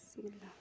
بِسمہِ اللہ